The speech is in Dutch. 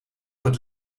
het